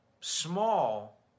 small